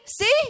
see